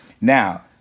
Now